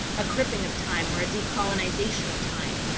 a cripping of time, or a decolonization of time.